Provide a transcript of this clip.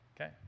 Okay